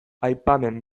aipamen